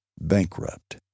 bankrupt